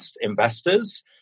investors